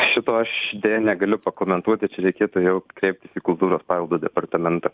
šito aš negaliu pakomentuoti čia reikėtų jau kreiptis į kultūros paveldo departamentą